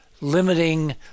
limiting